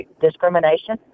discrimination